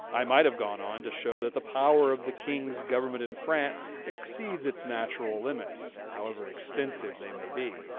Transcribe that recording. i might have gone on to show that the power of the king's government in france exceeds its natural limits, however extensive they may be,